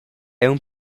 aunc